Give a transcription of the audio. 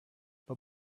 but